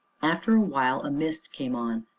after a while, a mist came on,